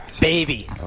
baby